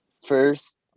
First